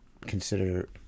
consider